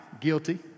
guilty